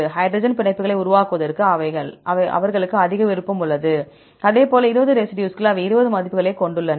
hydrogen பிணைப்புகளை உருவாக்குவதற்கு அவர்களுக்கு அதிக விருப்பம் உள்ளது அதேபோல் 20 ரெசிடியூஸ்கள் அவை 20 மதிப்புகளைக் கொண்டுள்ளன